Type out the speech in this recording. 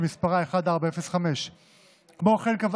שמספרה 1405. כמו כן,